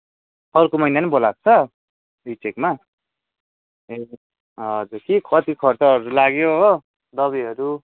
अर्को महिना पनि बोलाएको छ रिचेकमा ए हजुर के कति खर्चहरू लाग्यो हो दबाईहरू